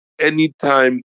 Anytime